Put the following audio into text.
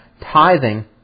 tithing